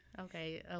okay